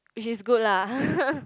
which is good lah